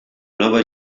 nova